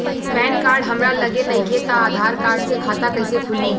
Pan card हमरा लगे नईखे त आधार कार्ड से खाता कैसे खुली?